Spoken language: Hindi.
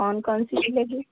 कौन कौन सी मिलेगी